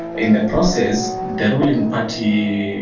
in the process the ruling party,